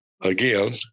again